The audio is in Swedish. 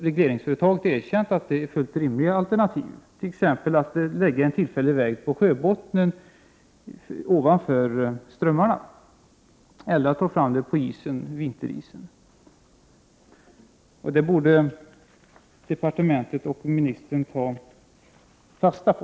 Regleringsföretaget har erkänt att förslagen utgör fullt rimliga alternativ, t.ex. att lägga en tillfällig väg på sjöbottnen ovanför strömmarna eller att dra fram en väg på vinterisen. Det borde departementet och ministern ta fasta på.